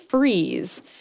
Freeze